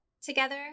together